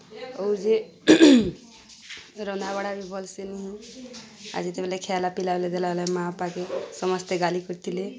ଆଉ ଯେ ରନ୍ଧାବଢ଼ା ବି ଭଲ୍ସେ ନି ହେଇ ଆଉ ଯେତେବେଲେ ଖାଏଲା ପିଇଲା ବେଲେ ଦେଲା ବଲେ ମା' ବାପାକେ ସମସ୍ତେ ଗାଲି କରିଥିଲେ